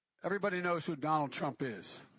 everybody knows who donald trump is.